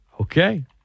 Okay